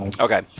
okay